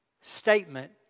statement